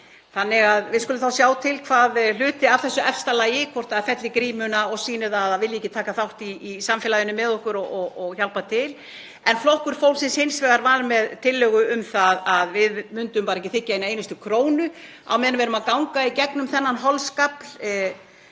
Þannig að við skulum þá sjá til hvort hluti af þessu efsta lagi fellir grímuna og sýnir að það vilji ekki taka þátt í samfélaginu með okkur og hjálpa til. Flokkur fólksins var hins vegar með tillögu um það að við myndum ekki þiggja eina einustu krónu á meðan við erum að ganga í gegnum þessa